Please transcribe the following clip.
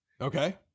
Okay